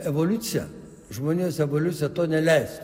evoliucija žmonijos evoliucija to neleis